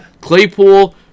Claypool